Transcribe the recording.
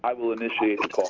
i will initiate a call